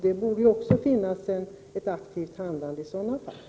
Det borde också finnas ett aktivt handlande i sådana fall.